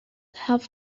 have